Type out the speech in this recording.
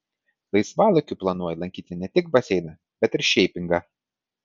laisvalaikiu planuoju lankyti ne tik baseiną bet ir šeipingą